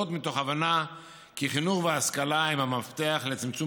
מתוך הבנה שחינוך והשכלה הם המפתח לצמצום